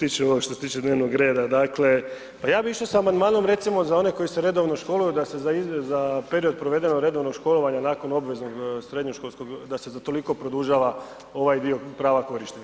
Prvo ću ovo što se tiče dnevnog reda, dakle pa ja bih išao s amandmanom recimo za one koji se redovno školuju da se za period proveden u redovnom školovanju nakon obveznog srednjoškolskog da se za toliko produžava ovaj dio prva korištenja.